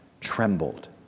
trembled